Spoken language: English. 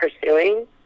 pursuing